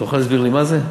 אתה מוכן להסביר לי מה זה?